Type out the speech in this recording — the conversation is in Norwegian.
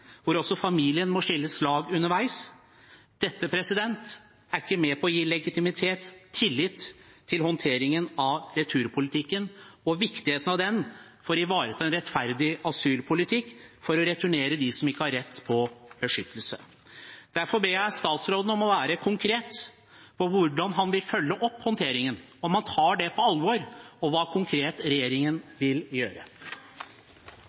hvor familien må skille lag underveis – er ikke med på å gi legitimitet eller tillit til håndteringen av returpolitikken og viktigheten av den for å ivareta en rettferdig asylpolitikk, for å returnere dem som ikke har rett til beskyttelse. Derfor ber jeg statsråden om å være konkret om hvordan han vil følge opp håndteringen, om han tar dette på alvor, og om hva